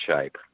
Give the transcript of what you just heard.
shape